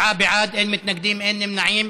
47 בעד, אין מתנגדים, אין נמנעים.